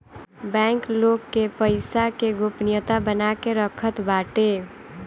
bank लोग के पईसा के गोपनीयता बना के रखत बाटे